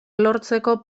lortzeko